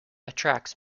attracts